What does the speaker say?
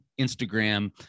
Instagram